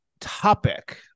topic